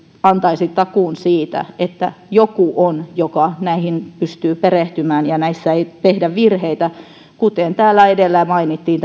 antaisi takuun siitä että on joku joka näihin pystyy perehtymään että näissä ei tehdä virheitä kuten edellä mainittiin